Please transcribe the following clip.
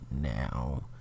now